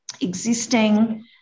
existing